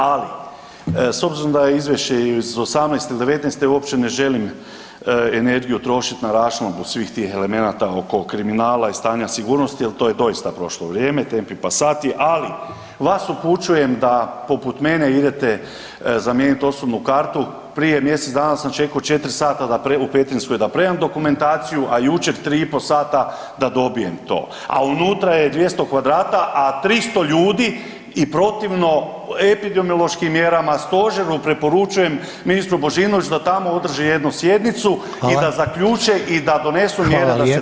Ali s obzirom da je izvješće iz '18.-te, '19.-te uopće ne želim energiju trošiti na raščlambu svih tih elemenata oko kriminala i stanja sigurnosti jer to je doista prošlo vrijeme tempe pasati, ali vas upućujem da poput mene idete zamijenit osobnu kartu prije mjesec dana sam čekao 4 sata da predam, u Petrinjskoj da predam dokumentaciju, a juče 3,5 sata da dobijem to, a unutra je 200 kvadrata, a 300 ljudi i protivno epidemiološkim mjerama, stožeru preporučujem ministru Božinoviću da tako održi jednu sjednicu [[Upadica: Hvala.]] i da zaključe i da donesu mjere da se to riješi.